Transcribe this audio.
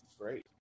great